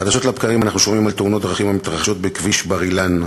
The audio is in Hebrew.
חדשות לבקרים אנחנו שומעים על תאונות דרכים המתרחשות בכביש בר-אילן,